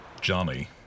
Johnny